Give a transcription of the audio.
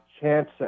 chance